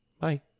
Bye